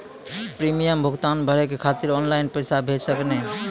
Premium भुगतान भरे के खातिर ऑनलाइन पैसा भेज सकनी?